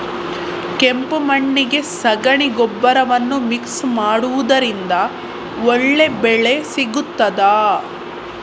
ಕೆಂಪು ಮಣ್ಣಿಗೆ ಸಗಣಿ ಗೊಬ್ಬರವನ್ನು ಮಿಕ್ಸ್ ಮಾಡುವುದರಿಂದ ಒಳ್ಳೆ ಬೆಳೆ ಸಿಗುತ್ತದಾ?